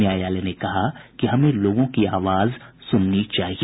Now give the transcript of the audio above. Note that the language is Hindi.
न्यायालय ने कहा कि हमें लोगों की आवाज सुननी चाहिए